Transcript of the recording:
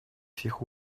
всех